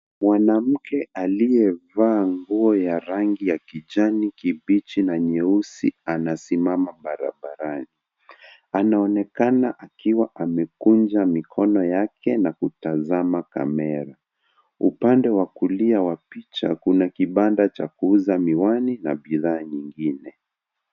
Mwanamke aliyevaa nguo ya rangi ya kijani kibichi na nyeusi anasimama barabarani. Anaonekana akiwa amekunja mikono yake na kutazama kamera. Upande wa kulia wa picha kuna kibanda cha kuuza miwani na bidhaa nyingine.